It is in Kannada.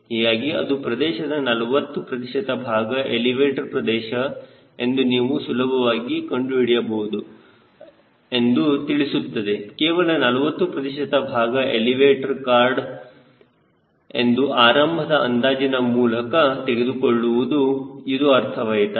ಹೀಗಾಗಿ ಅದು ಪ್ರದೇಶದ 40 ಪ್ರತಿಶತ ಭಾಗ ಎಲಿವೇಟರ್ ಪ್ರದೇಶ ಎಂದು ನೀವು ಸುಲಭವಾಗಿ ಕಂಡುಹಿಡಿಯಬಹುದು ಎಂದು ತಿಳಿಸುತ್ತದೆ ಕೇವಲ 40 ಪ್ರತಿಶತ ಭಾಗ ಎಲಿವೇಟರ್ ಕಾರ್ಡ್ ಎಂದು ಆರಂಭದ ಅಂದಾಜಿನ ಮೂಲಕ ತೆಗೆದುಕೊಳ್ಳುವುದು ಇದು ಅರ್ಥವಾಯಿತು